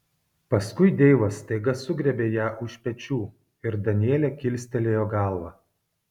paskui deivas staiga sugriebė ją už pečių ir danielė kilstelėjo galvą